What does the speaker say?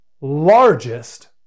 largest